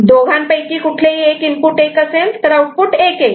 दोघांपैकी कुठलेही एक इनपुट 1 असेल तर आउटपुट 1 येईल